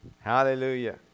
Hallelujah